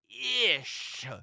ish